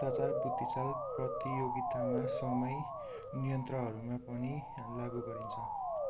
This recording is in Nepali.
पत्राचार बुद्धिचाल प्रतियोगितामा समय नियन्त्रहरूमा पनि लागु गरिन्छ